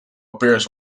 appears